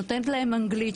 שנותנת להם אנגלית,